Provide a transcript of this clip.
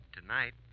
tonight